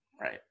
Right